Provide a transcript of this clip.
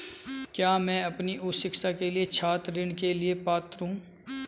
क्या मैं अपनी उच्च शिक्षा के लिए छात्र ऋण के लिए पात्र हूँ?